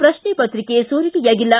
ಪ್ರಕ್ಷೆಪತ್ರಿಕೆ ಸೋರಿಕೆಯಾಗಿಲ್ಲ